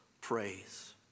praise